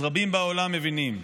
אז רבים בעולם מבינים.